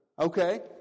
Okay